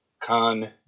Khan